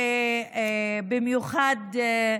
שאין לנו במיוחד,